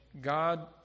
God